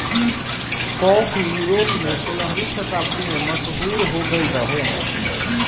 काफी यूरोप में सोलहवीं शताब्दी में मशहूर हो गईल रहे